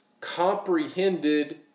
comprehended